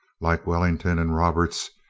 like wellington and roberts,